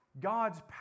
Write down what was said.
God's